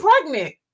pregnant